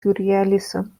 surrealism